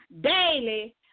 daily